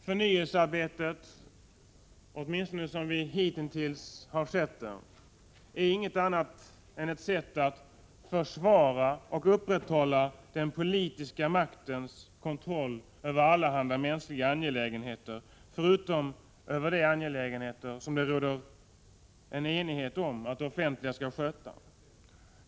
Förnyelsearbetet, åtminstone som vi hitintills har sett det, är inget annat än ett sätt att försvara och upprätthålla den politiska maktens kontroll över allehanda mänskliga angelägenheter förutom över de angelägenheter som det råder enighet om att det offentliga skall sköta.